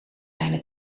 bijna